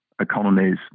economies